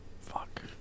Fuck